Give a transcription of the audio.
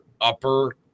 upper